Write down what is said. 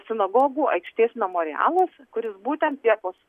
sinagogų aikštės memorialas kuris būtent liepos